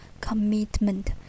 commitment